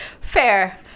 fair